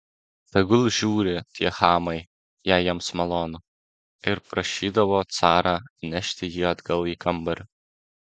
tegul žiūri tie chamai jei jiems malonu ir prašydavo carą nešti jį atgal į kambarį